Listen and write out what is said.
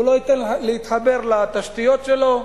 הוא לא ייתן להתחבר לתשתיות שלו,